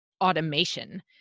automation